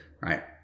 Right